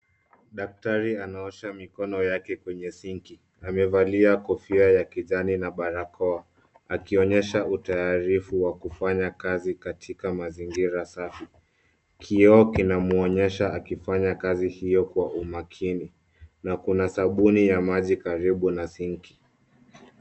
Daktari anaosha mikono yake kwenye singi. Amevalia kofia ya kijani na barakoa, akionyesha utayarifu wa kufanya kazi katika mazingira safi. Kioo kinamuonyesha akifanya kazi hiyo kwa umakini, na kuna sabuni ya maji karibu na sinki.